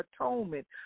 atonement